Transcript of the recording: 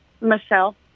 Michelle